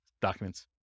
documents